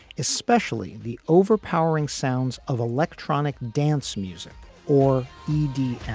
especially the overpowering sounds of electronic dance music or e d,